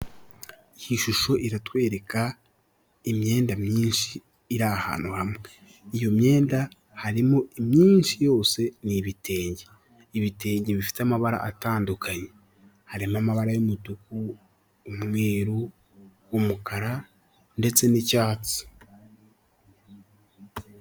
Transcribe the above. Iyi shusho iratwereka imyenda myinshi iri ahantu hamwe iyo myenda harimo imyinshi yose n'ibitenge ibitenge bifite amabara atandukanye, harimo amabara y'umutuku, umweru, umukara ndetse n'icyatsi.